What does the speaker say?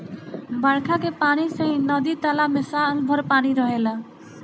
बरखा के पानी से ही नदी तालाब में साल भर पानी रहेला